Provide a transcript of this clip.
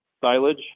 silage